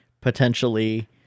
potentially